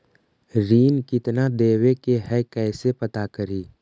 ऋण कितना देवे के है कैसे पता करी?